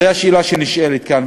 זאת השאלה שנשאלת כאן.